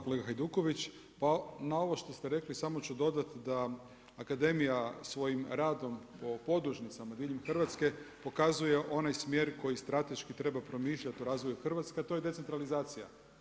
Kolega Hajduković, pa na ovo što ste rekli samo ću dodati da akademija svojim radom podružnica diljem Hrvatske, pokazuje onaj smjer koji strateški treba promišljati o razvoju Hrvatske a to je decentralizacija.